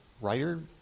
writer